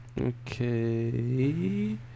okay